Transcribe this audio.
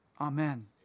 Amen